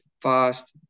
fast